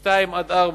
2 4,